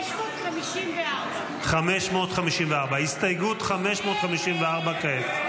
554. הסתייגות 554 כעת.